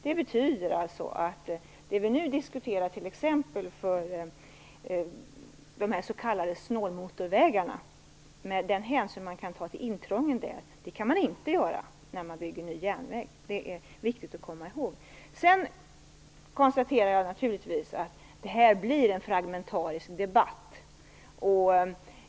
Med de s.k. snålmotorvägar som vi nu diskuterar kan man ta hänsyn till intrånget. Det kan man inte göra när man bygger ny järnväg. Det är viktigt att komma ihåg. Jag konstaterar att detta blir en fragmentarisk debatt.